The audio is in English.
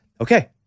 okay